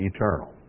Eternal